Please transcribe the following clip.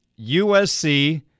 USC